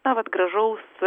na vat gražaus